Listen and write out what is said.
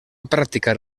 practicar